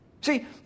See